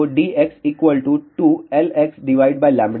तो Dx 2Lxλ Dy 2Lyλ